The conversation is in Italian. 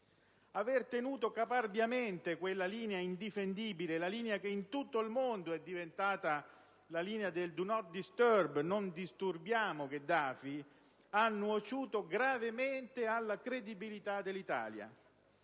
Aver tenuto caparbiamente quella linea indifendibile, la linea che in tutto il mondo è diventata del "*do not disturb*", del "non disturbiamo" Gheddafi, ha nuociuto gravemente alla credibilità dell'Italia.